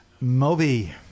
Moby